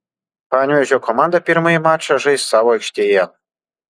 panevėžio komanda pirmąjį mačą žais savo aikštėje